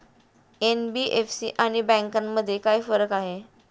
NBFC आणि बँकांमध्ये काय फरक आहे?